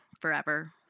forever